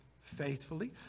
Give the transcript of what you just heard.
faithfully